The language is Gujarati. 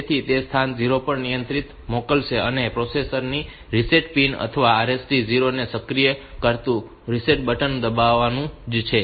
તેથી તે સ્થાન 0 પર નિયંત્રણ મોકલશે અને તે પ્રોસેસર ની રીસેટ પિન અથવા આ RST 0 ને સક્રિય કરતું રીસેટ બટન દબાવવા જેવું જ છે